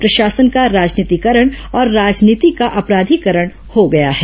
प्रशासन का राजनीतिकरण और राजनीति का अपराधीकरण हो गया है